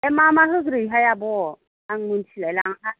एह मा मा होग्रोयोहाय आब' आं मिनथिलाय लाङा